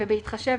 ובהתחשב,